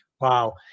Wow